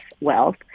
wealth